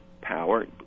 power